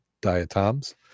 diatoms